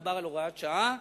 מדובר על הוראת שעה,